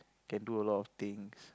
can do a lot of things